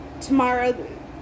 tomorrow